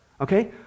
Okay